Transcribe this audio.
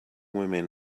women